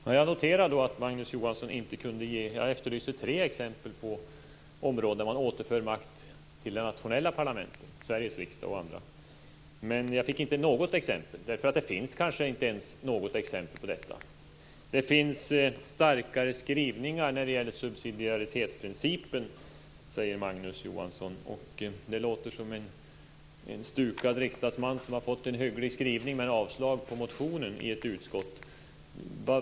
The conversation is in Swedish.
Fru talman! Jag noterar att Magnus Johansson inte kunde ge något exempel - jag efterlyste tre - på områden där man återför makt till de nationella parlamenten, t.ex. Sveriges riksdag. Det finns kanske inte ens något exempel på detta. Det finns starkare skrivningar när det gäller subsidiaritetsprincipen, säger Magnus Johansson och låter som en stukad riksdagsman som har fått en hygglig skrivning men avslag på motionen i ett utskott.